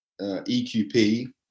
EQP